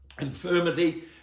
Infirmity